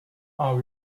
are